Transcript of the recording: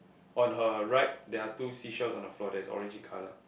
on her right there are two seashells on the floor that is orange colour